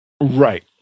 Right